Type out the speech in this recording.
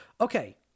Okay